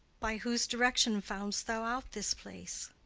by whose direction found'st thou out this place?